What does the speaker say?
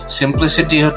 simplicity